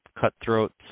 cutthroats